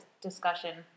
discussion